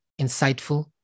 insightful